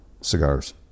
cigars